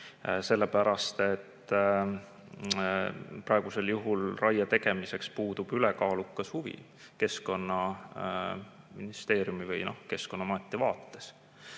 Sellepärast, et praegusel juhul raie tegemiseks puudub ülekaalukas huvi Keskkonnaministeeriumi või Keskkonnaameti vaates.